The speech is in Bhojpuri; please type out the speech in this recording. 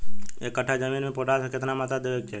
एक कट्ठा जमीन में पोटास के केतना मात्रा देवे के चाही?